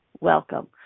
welcome